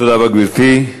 תודה רבה, גברתי.